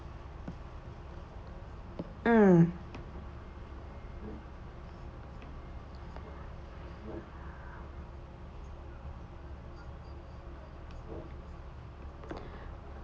mm